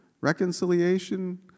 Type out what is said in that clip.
reconciliation